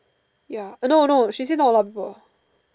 ya no no she say not a lot of people